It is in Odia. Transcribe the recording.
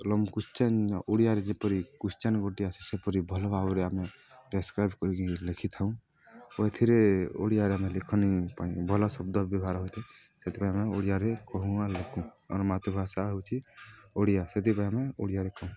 ଲଙ୍ଗ୍ କୋଶ୍ଚିନ୍ ଓଡ଼ିଆରେ ଯେପରି କୁଶ୍ଚନ୍ ଗୋଟିଏ ଆସଚି ସେପରି ଭଲ ଭାବରେ ଆମେ ଡେସ୍କ୍ରାଇବ୍ କରିକି ଲେଖିଥାଉଁ ଏଥିରେ ଓଡ଼ିଆରେ ଆମେ ଲେଖନ ପାଇଁ ଭଲ ଶବ୍ଦ ବ୍ୟବହାର ହୋଇଥାଏ ସେଥିପାଇଁ ଆମେ ଓଡ଼ିଆରେ କହୁଁ ଆର୍ ଲେଖୁ ଆମର ମାତୃଭାଷା ହଉଚି ଓଡ଼ିଆ ସେଥିପାଇଁ ଆମେ ଓଡ଼ିଆରେ କହୁଁ